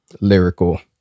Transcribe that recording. lyrical